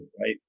right